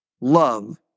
love